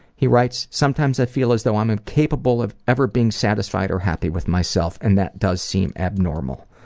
he writes sometimes i feel as though i'm incapable of ever being satisfied or happy with myself and that does seem abnormal.